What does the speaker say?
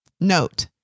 Note